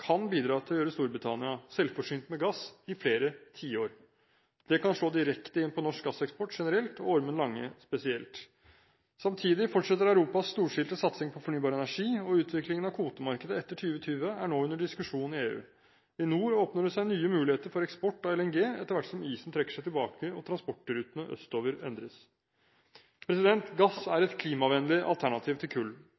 kan bidra til å gjøre Storbritannia selvforsynt med gass i flere tiår. Det kan slå direkte inn på norsk gasseksport generelt, og på Ormen Lange spesielt. Samtidig fortsetter Europas storstilte satsing på fornybar energi, og utviklingen av kvotemarkedet etter 2020 er nå under diskusjon i EU. I nord åpner det seg nye muligheter for eksport av LNG etter hvert som isen trekker seg tilbake, og transportrutene østover endres. Gass er